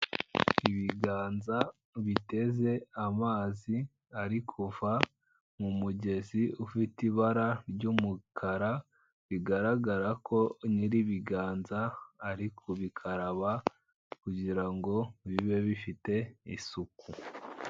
Ibiganza biteze amazi, ari kuva mu mugezi ufite ibara ry'umukara, bigaragara ko nyiri ibiganza ari kubikaraba kugira ngo bibe bifite isuku.